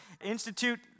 institute